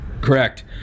Correct